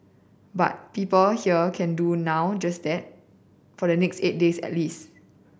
but people here can do now do just that for the next eight days at least